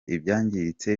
ibyangiritse